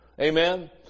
Amen